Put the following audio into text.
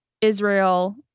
Israel